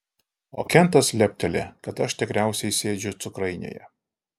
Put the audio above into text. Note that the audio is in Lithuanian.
o kentas lepteli kad aš tikriausiai sėdžiu cukrainėje